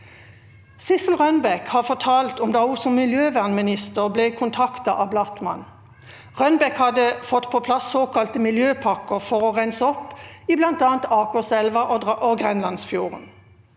Sissel Rønbeck har fortalt om da hun som miljøvernminister ble kontaktet av Blattmann. Rønbeck hadde fått på plass såkalte miljøpakker for å rense opp i bl.a. Akerselva og Grenlandsfjorden.